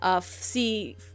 See